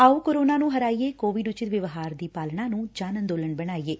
ਆਓ ਕੋਰੋਨਾ ਨੂੰ ਹਰਾਈਏਂ ਕੋਵਿਡ ਉਚਿੱਤ ਵਿਵਹਾਰ ਦੀ ਪਾਲਣਾ ਨੂੰ ਜਨ ਅੰਦੋਲਨ ਬਣਾਈਏਂ